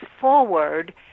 forward